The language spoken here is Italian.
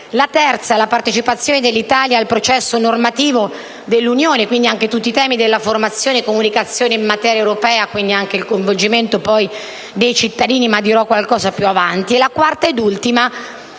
tratta della partecipazione dell'Italia al processo normativo dell'Unione, compresi quindi i temi della formazione e comunicazione in materia europea e il coinvolgimento dei cittadini, su cui dirò qualcosa più avanti;